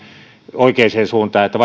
oikeaan suuntaan niin että